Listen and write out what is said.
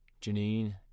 Janine